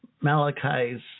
Malachi's